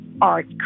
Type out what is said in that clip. art